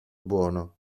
buono